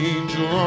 Angel